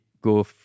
go